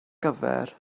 gyfer